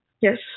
Yes